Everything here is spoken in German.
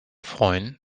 freuen